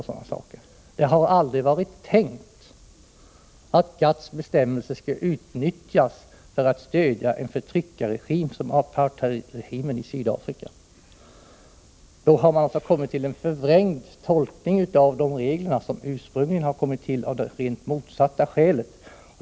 Tanken har aldrig varit att GATT:s bestämmelser skulle utnyttjas för att stödja en förtryckarregim som den i Sydafrika. Ser man GATT:s bestämmelser som ett stöd för apartheidregimen, har man kommit till en förvrängd tolkning av regler som ursprungligen tillkommit av det rent motsatta skälet.